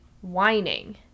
whining